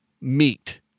meet